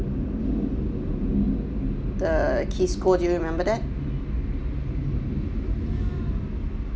the kisco do you remember that